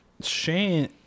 Shane